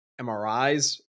MRIs